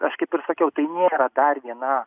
aš kaip ir sakiau tai nėra dar viena